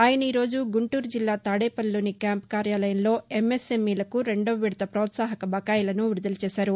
ఆయన ఈ రోజు గుంటూరు జిల్లా తాడేపల్లిలోని క్యాంపు కార్యాలయంలో ఎంఎస్ఎంఈ లకు రెండవ విడత ప్రోత్సాహక బకాయిలను విడుదల చేశారు